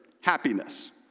happiness